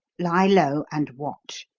lie low and watch.